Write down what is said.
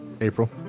April